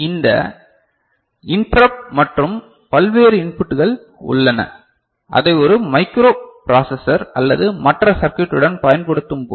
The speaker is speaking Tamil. இந்த இன்டரப்ட் மற்றும் பல்வேறு இன்புட்கள் உள்ளன அதை ஒரு மைக்ரோ பிராசசர் அல்லது மற்ற சர்க்யூட்டுடன் பயன்படுத்தும் போது